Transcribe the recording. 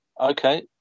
Okay